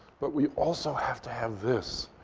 but we also have to have this.